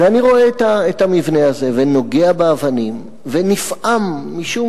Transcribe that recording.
אני רואה את המבנה הזה ונוגע באבנים ונפעם, משום